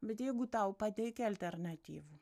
bet jeigu tau pateikia alternatyvų